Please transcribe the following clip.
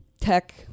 tech